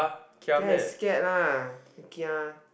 gia is scared lah gia